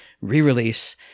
re-release